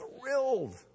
thrilled